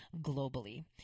globally